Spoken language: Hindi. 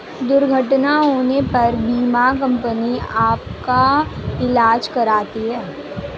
दुर्घटना होने पर बीमा कंपनी आपका ईलाज कराती है